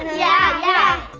and yeah, yeah!